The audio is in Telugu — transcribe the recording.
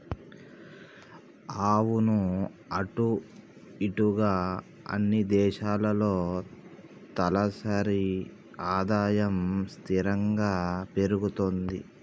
అవును అటు ఇటుగా అన్ని దేశాల్లో తలసరి ఆదాయం స్థిరంగా పెరుగుతుంది